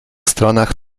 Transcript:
stronach